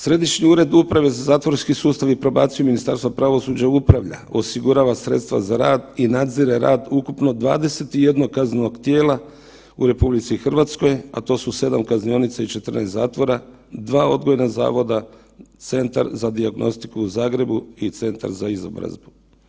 Središnji ured uprave za zatvorski sustav i probaciju Ministarstva pravosuđa upravlja, osigurava sredstva za rad i nadzire rad ukupno 21 kaznenog tijela u RH, a to su 7 kaznionica i 14 zatvora, 2 odgojna zavoda, Centar za dijagnostiku u Zagrebu i Centar za izobrazbu.